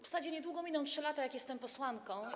W zasadzie niedługo miną 3 lata, od kiedy jestem posłanką.